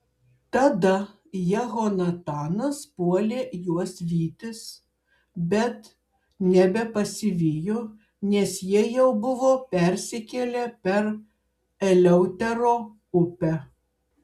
tada jehonatanas puolė juos vytis bet nebepasivijo nes jie jau buvo persikėlę per eleutero upę